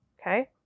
Okay